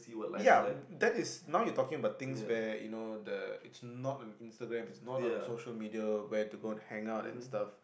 ya that is now you talking about things where you know the it's not on Instagram it's not on social media where to go and hangout and stuff